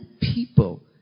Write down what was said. people